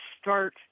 start